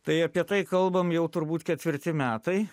tai apie tai kalbam jau turbūt ketvirti metai